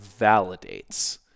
validates